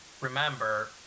remember